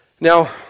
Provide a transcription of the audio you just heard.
Now